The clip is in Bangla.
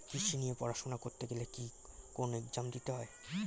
কৃষি নিয়ে পড়াশোনা করতে গেলে কি কোন এগজাম দিতে হয়?